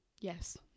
Yes